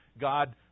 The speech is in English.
God